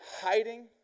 hiding